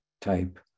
type